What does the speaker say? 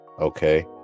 okay